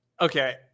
okay